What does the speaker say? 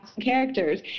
characters